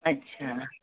अच्छा